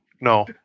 no